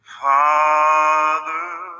Father